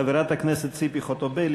חברת הכנסת ציפי חוטובלי,